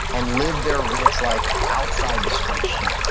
and live their rich life outside the spreadsheet.